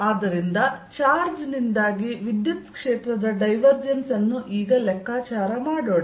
ಆದ್ದರಿಂದ ಚಾರ್ಜ್ ನಿಂದಾಗಿ ವಿದ್ಯುತ್ ಕ್ಷೇತ್ರದ ಡೈವರ್ಜೆನ್ಸ್ ಅನ್ನು ಈಗ ಲೆಕ್ಕಾಚಾರ ಮಾಡೋಣ